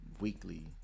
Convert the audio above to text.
weekly